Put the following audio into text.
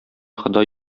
ходай